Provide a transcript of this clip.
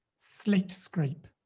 slate scrape.